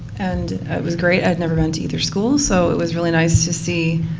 and it was great. i'd never been to either school. so it was really nice to see.